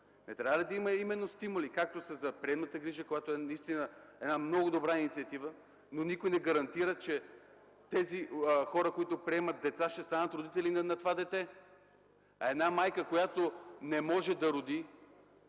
Не трябва ли да има именно стимули, както са за приемната грижа, която е наистина много добра инициатива, но никой не гарантира, че хората, които приемат деца, ще станат родители на това дете. А една майка, която не може да роди,